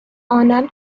انان